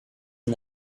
and